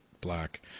Black